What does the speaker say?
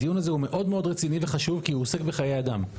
הדיון הזה הוא מאוד מאוד רציני וחשוב כי הוא עוסק בחיי אדם.